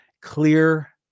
Clear